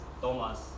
Thomas